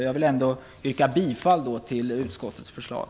Jag vill ändå yrka bifall till utskottets hemställan.